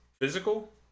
Physical